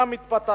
מתפתחת.